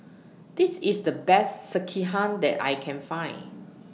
This IS The Best Sekihan that I Can Find